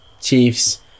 Chiefs